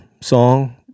song